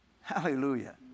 hallelujah